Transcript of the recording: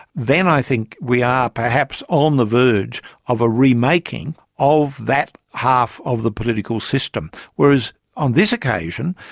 then i think we are perhaps on the verge of a re-making of that half of the political system. whereas on this occasion,